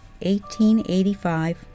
1885